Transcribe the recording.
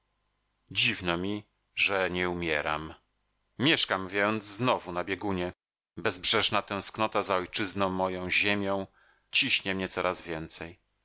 dziwno mi że nie umieram mieszkam więc znowu na biegunie bezbrzeżna tęsknota za ojczyzną moją ziemią ciśnie mnie coraz więcej